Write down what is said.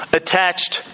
attached